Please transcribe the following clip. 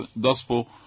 gospel